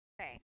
Okay